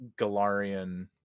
galarian